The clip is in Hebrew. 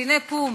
קציני פו"ם.